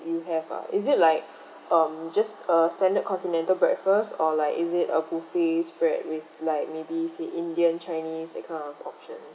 you have ah is it like um just a standard continental breakfast or like is it a buffet spread with like maybe say indian chinese that kind of option